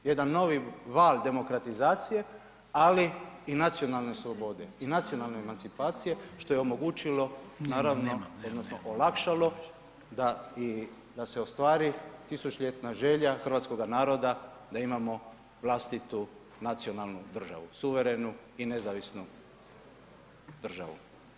Jedan novi val demokratizacije ali i nacionalne slobode i nacionalne emancipacije što je omogućilo naravno odnosno olakšalo da i, da se ostvari tisućljetna želja hrvatskoga naroda da imamo vlastitu nacionalnu državu, suverenu i nezavisnu državu.